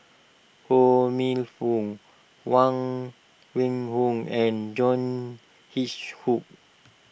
Ho Minfong Huang Wenhong and John